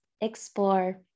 explore